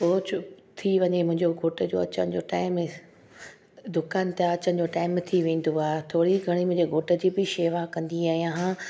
पोइ च थी वञे मुंहिंजो घोट जो अचण जो टाइम दुकान तां अचण जो टाइम थी वेंदो आहे थोरी घणी मुंहिंजे घोट जी बि शेवा कंदी आहियां